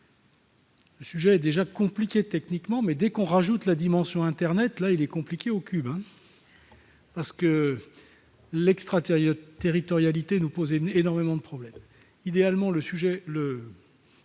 Le sujet est déjà compliqué techniquement, mais dès que l'on ajoute la dimension internet, il devient compliqué au cube, car l'extraterritorialité nous pose énormément de problèmes. Idéalement, nous